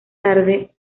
tarde